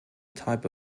type